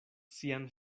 sian